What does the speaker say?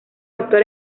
actor